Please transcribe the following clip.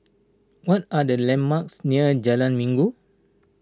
what are the landmarks near Jalan Minggu